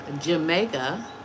Jamaica